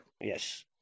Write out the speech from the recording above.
Yes